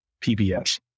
PBS